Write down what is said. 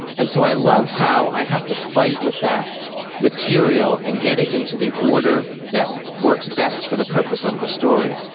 and so i love how i have to fight with that material and get it into the order that works best for the purpose of the story.